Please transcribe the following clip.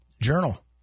Journal